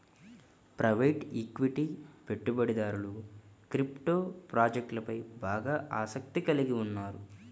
private equity పెట్టుబడిదారులు crypto ప్రాజెక్ట్లపై బాగా ఆసక్తిని కలిగి ఉన్నారు